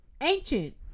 ancient